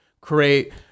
create